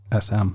SM